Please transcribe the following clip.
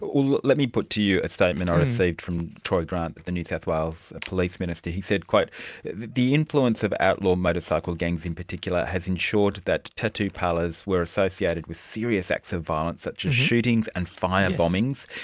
let let me put to you a statement i received from troy grant, the new south wales police minister, he said, the influence of outlaw motorcycle gangs in particular has ensured that tattoo parlours were associated with serious acts of violence such as shootings and fire-bombings.